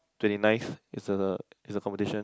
twenty ninth is a is a competition